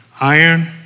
iron